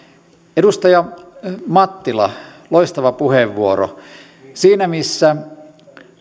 edustaja mattila loistava puheenvuoro siinä missä